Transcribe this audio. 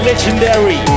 Legendary